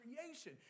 creation